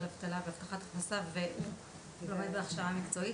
אבטלה והבטחת הכנסה ולומד בהכשרה מקצועית,